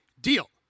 deal